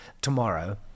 tomorrow